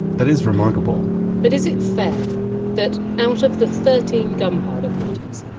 that is remarkable but is it fair that, out of the thirteen gunpowder plotters,